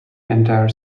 entire